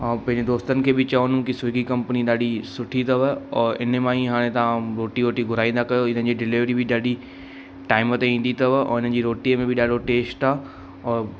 ऐं पंहिंजे दोस्तनि खे बि चवंदुमि की स्विगी कंपनी ॾाढी सुठी अथव औरि इन मां ई हाणे तव्हां रोटी वोटी घुराईंदा कयो इन जी डिलीवरी बि ॾाढी टाइम ते ईंदी अथव और इन्हनि जी रोटीअ में बि ॾाढो टेस्ट आहे औरि